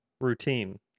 routine